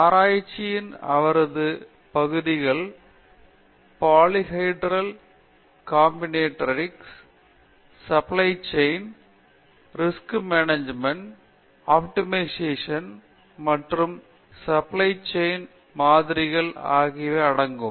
ஆராய்ச்சியின் அவரது பகுதிகள் polyhedral combinatorics supply chain risk management தேர்வுமுறை மற்றும் சப்ளை செயின் அளவு மாதிரிகள் ஆகியவை அடங்கும்